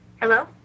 Hello